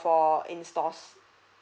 for in stores